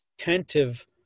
attentive